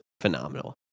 phenomenal